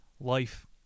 Life